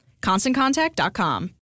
ConstantContact.com